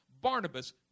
Barnabas